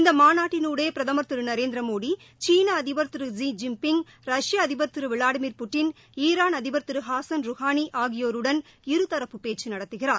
இந்த மாநாட்டினுடே பிரதமா் திரு நரேந்திரமோடி சீன அதிபா் திரு ஜி ஜின்பிங் ரஷ்ய அதிபா் திரு விளாடிமிர் புட்டின் ஈரான் அதிபர் திரு ஹசன் ரூஹானி ஆகியோருடன் இரு தரப்பு பேச்சு நடத்துகிறார்